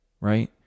right